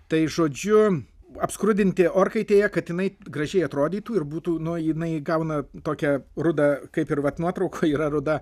tai žodžiu apskrudinti orkaitėje kad jinai gražiai atrodytų ir būtų nu jinai įgauna tokią rudą kaip ir vat nuotraukoj yra ruda